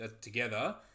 together